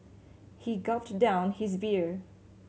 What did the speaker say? he gulped down his beer